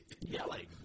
Yelling